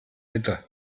bitte